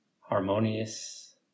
harmonious